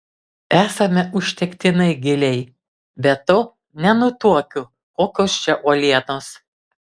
esame užtektinai giliai be to nenutuokiu kokios čia uolienos